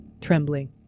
trembling